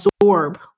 absorb